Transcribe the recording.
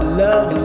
love